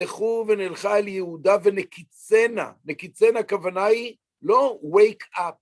נכו ונלכה אל יהודה ונקיצנה, נקיצנה הכוונה היא לא wake up.